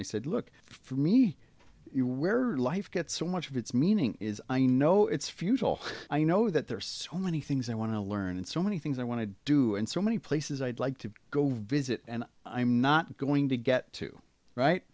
i said look for me you where in life get so much of its meaning is i know it's futile i know that there are so many things i want to learn and so many things i want to do and so many places i'd like to go visit and i'm not going to get to right